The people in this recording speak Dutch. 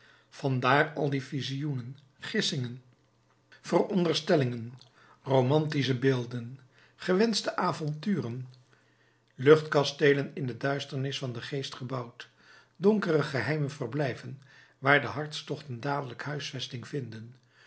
vandaar al die visioenen gissingen veronderstellingen romantische beelden gewenschte avonturen luchtkasteelen in de duisternis van den geest gebouwd donkere geheime verblijven waar de hartstochten dadelijk huisvesting vinden